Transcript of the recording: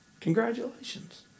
Congratulations